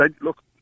look